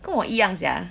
跟我一样 sia